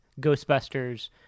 Ghostbusters